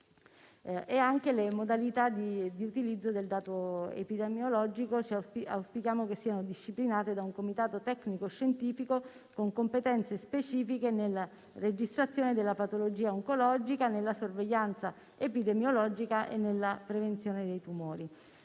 che le modalità di utilizzo del dato epidemiologico siano disciplinate da un comitato tecnico-scientifico, con competenze specifiche nella registrazione della patologia oncologica, nella sorveglianza epidemiologica e nella prevenzione dei tumori.